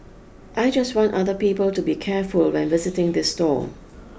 I just want other people to be careful when visiting this stall